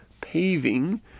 paving